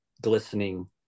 glistening